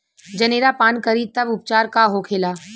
जनेरा पान करी तब उपचार का होखेला?